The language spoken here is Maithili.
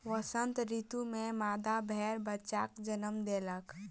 वसंत ऋतू में मादा भेड़ बच्चाक जन्म देलक